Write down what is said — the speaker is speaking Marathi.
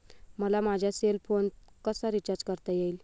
मला माझा सेल फोन कसा रिचार्ज करता येईल?